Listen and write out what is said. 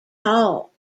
hall